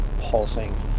pulsing